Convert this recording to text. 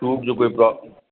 छूट जो कोई